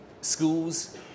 schools